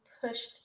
pushed